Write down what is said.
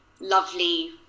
lovely